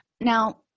Now